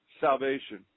salvation